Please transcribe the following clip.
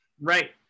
right